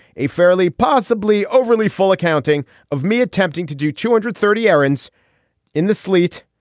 a fairly possibly overly full accounting of me attempting to do two hundred thirty errands in the sleet,